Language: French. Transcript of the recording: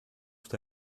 tout